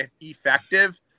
effective